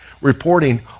reporting